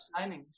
signings